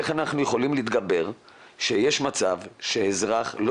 איך אנחנו יכולים להתגבר על מצב שהאזרח לא